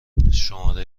شماره